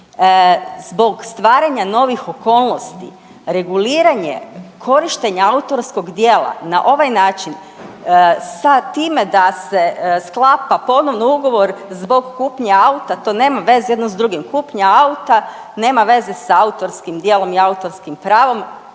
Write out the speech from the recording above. zbog stvaranja novih okolnosti reguliranje korištenja autorskog djela na ovaj način sa time da se sklapa ponovno ugovor zbog kupnje auta to nema veze jedno s drugim, kupnja auta nema veze sa autorskim djelom i autorskim pravom.